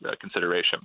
consideration